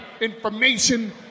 information